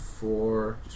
Four